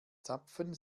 zapfen